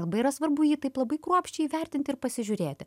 labai yra svarbu jį taip labai kruopščiai įvertinti ir pasižiūrėti